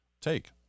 take